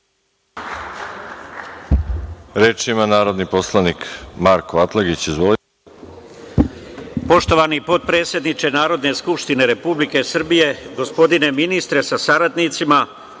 Reč ima narodni poslanik Marko Atlagić. Izvolite. **Marko Atlagić** Poštovani potpredsedniče Narodne skupštine Republike Srbije, gospodine ministre sa saradnicima,